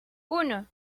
uno